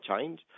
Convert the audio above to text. change